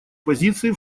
позиции